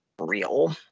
real